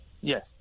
Yes